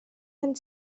and